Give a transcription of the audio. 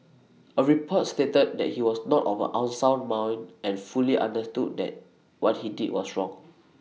A report stated that he was not of unsound mind and fully understood that what he did was wrong